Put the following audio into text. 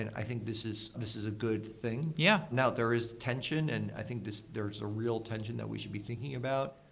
and i think this is this is a good thing. yeah now, there is tension and i think there's a real tension that we should be thinking about,